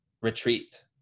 retreat